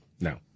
No